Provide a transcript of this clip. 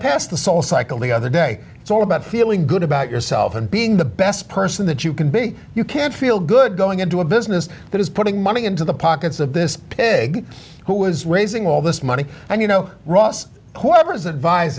passed the soul cycle the other day it's all about feeling good about yourself and being the best person that you can be you can't feel good going into a business that is putting money into the pockets of this pig who was raising all this money and you know ross whoever's advise